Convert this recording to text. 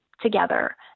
together